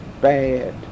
bad